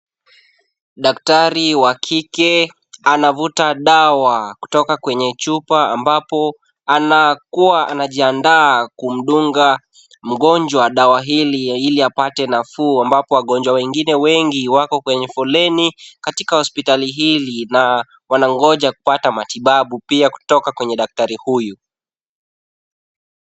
Daktari wa kike anavuta dawa kutoka kwenye chupa ambapo anakua anajiandaa kumdunga mgonjwa dawa hili iliapate nafuu, ambapo wagonjwa wengine wengi wako katika foleni katika hospitali hili na wanangoja kupata matibabu pia kutoka kwenye daktari huyu.